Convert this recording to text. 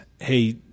hey